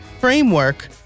framework